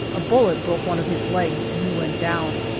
a bullet broke one of his legs, and he went down,